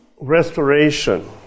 restoration